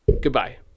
Goodbye